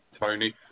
Tony